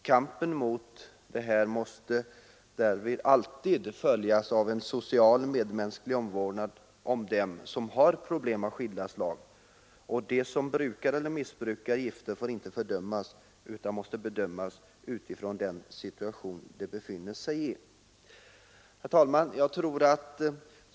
Kampen mot gifterna måste därför alltid följas av social, medmänsklig omvårdnad om dem som har problem av skilda slag. De som brukar eller missbrukar gifter får inte fördömas utan måste bedömas utifrån den situation de befinner sig i. Herr talman!